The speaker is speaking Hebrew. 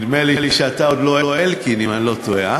נדמה לי שאתה עוד לא אלקין, אם אני לא טועה.